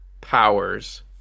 powers